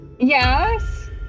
Yes